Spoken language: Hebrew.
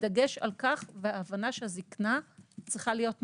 בדגש על כך ובהבנה לכך שהזקנה צריכה להיות מטופלת.